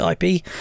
IP